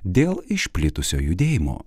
dėl išplitusio judėjimo